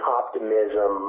optimism